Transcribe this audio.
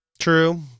true